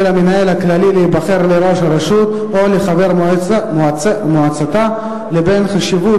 המנהל הכללי להיבחר לראש הרשות או לחבר מועצתה לבין החשיבות